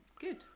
good